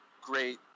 great